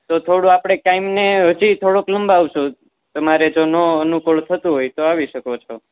તો થોડુ આપણે ટાઈમને હજી થોડોક લંબાવીશું તમારે જો ન અનુકૂળ થતું હોય તો આવી શકો છો